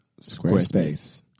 Squarespace